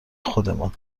خودمان